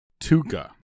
Tuca